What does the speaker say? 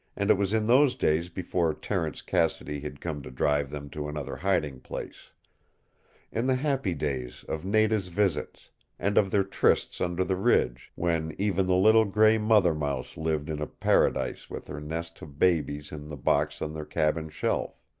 and it was in those days before terence cassidy had come to drive them to another hiding place in the happy days of nada's visits and of their trysts under the ridge, when even the little gray mother mouse lived in a paradise with her nest of babies in the box on their cabin shelf.